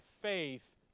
faith